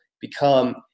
become